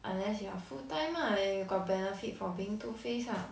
unless you are full time ah and you got benefit for being two faced ah